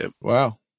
Wow